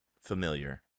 familiar